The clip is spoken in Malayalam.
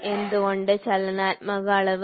എന്തുകൊണ്ട് ചലനാത്മക അളവ്